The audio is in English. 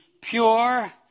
pure